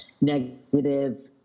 negative